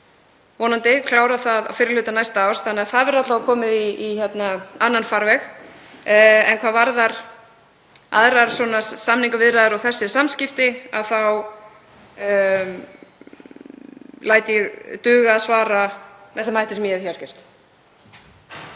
vonandi klára það á fyrri hluta næsta árs þannig að það verður alla vega komið í annan farveg þá. En hvað varðar aðrar samningaviðræður og þessi samskipti læt ég duga að svara með þeim hætti sem ég hef hér gert.